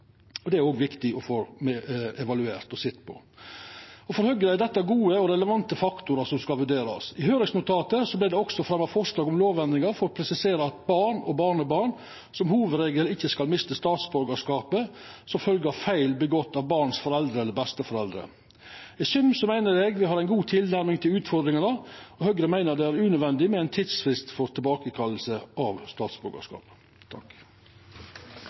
Det er òg viktig å få evaluert og sett på. For Høgre er dette gode og relevante faktorar som skal vurderast. I høyringsnotatet vart det også fremja forslag om lovendringar for å presisera at barn og barnebarn som hovudregel ikkje skal mista statsborgarskapet som følgje av feil som er gjorde av foreldra eller besteforeldra til barnet. I sum meiner eg at vi har ei god tilnærming til utfordringane, og Høgre meiner det er unødvendig med ein tidsfrist for tilbakekalling av